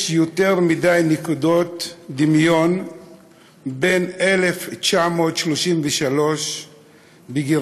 יש יותר מדי נקודות דמיון בין 1933 בגרמניה